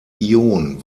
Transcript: ion